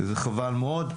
זה חבל מאוד.